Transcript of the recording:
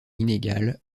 inégales